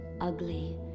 ugly